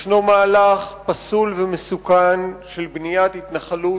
יש מהלך פסול ומסוכן של בניית התנחלות